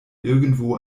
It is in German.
irgendwo